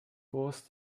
groß